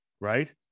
Right